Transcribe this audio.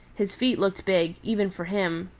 his feet looked big, even for him.